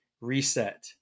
Reset